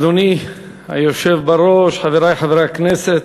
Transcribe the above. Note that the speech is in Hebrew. אדוני היושב בראש, חברי חברי הכנסת,